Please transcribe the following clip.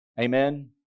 Amen